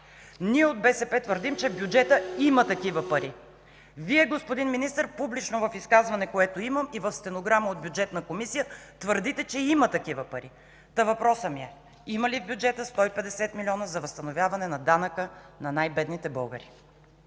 България¬, твърдим, че в бюджета има такива пари. Вие, господин Министър, публично в изказване, което имам, и в стенограма от Бюджетна комисия твърдите, че има такива пари. Въпросът ми е: има ли в бюджета 150 млн. лв. за възстановяване на данъка на най-бедните българи?